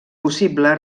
possible